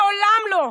מעולם לא.